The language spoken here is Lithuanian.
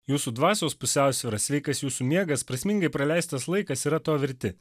jūsų dvasios pusiausvyra sveikas jūsų miegas prasmingai praleistas laikas yra to verti